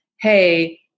hey